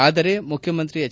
ಆದರೆ ಮುಖ್ಯಮಂತ್ರಿ ಎಚ್